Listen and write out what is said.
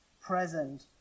present